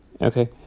Okay